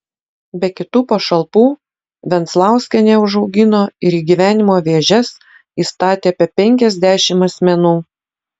be kitų pašalpų venclauskienė užaugino ir į gyvenimo vėžes įstatė apie penkiasdešimt asmenų